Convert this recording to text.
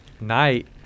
night